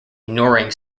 ignoring